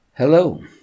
Hello